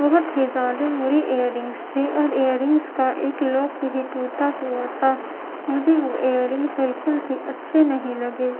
بہت ہی زیادہ بری ایر رنگس تھی ایر رنگس کا ایک لوک بھی ٹوٹا ہوا تھا مجھے وہ ایر رنگس بالکل بھی اچھی نہیں لگے